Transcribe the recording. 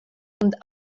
und